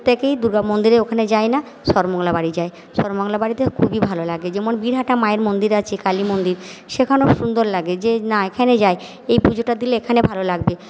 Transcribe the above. প্রত্যেকেই দুর্গা মন্দিরের ওখানে যায় না সর্বমঙ্গলা বাড়ি যায় সর্বমঙ্গলা বাড়িতে খুবই ভালো লাগে যেমন বীরহাটা মায়ের মন্দির আছে কালী মন্দির সেখানেও সুন্দর লাগে যে না এখানে যাই এই পুজোটা দিলে এখানে ভালো লাগবে